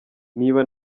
niba